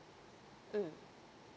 mm